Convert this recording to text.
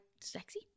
sexy